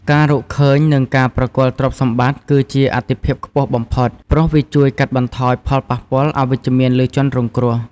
ការរកឃើញ និងការប្រគល់ទ្រព្យសម្បត្តិគឺជាអាទិភាពខ្ពស់បំផុត ព្រោះវាជួយកាត់បន្ថយផលប៉ះពាល់អវិជ្ជមានលើជនរងគ្រោះ។